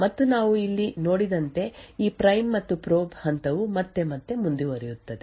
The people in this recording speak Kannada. ಮತ್ತು ನಾವು ಇಲ್ಲಿ ನೋಡಿದಂತೆ ಈ ಪ್ರೈಮ್ ಮತ್ತು ಪ್ರೋಬ್ ಹಂತವು ಮತ್ತೆ ಮತ್ತೆ ಮುಂದುವರಿಯುತ್ತದೆ